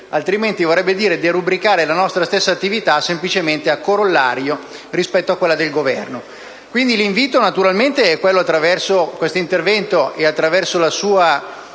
altrimenti vorrebbe dire derubricare la nostra stessa attività semplicemente a corollario rispetto a quella del Governo. Quindi l'invito naturalmente è quello, attraverso questo intervento e attraverso la sua